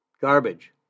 Garbage